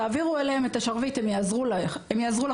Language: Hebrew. תעבירו להם את השרביט והם יעזרו לכם,